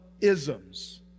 isms